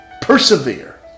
Persevere